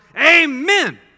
amen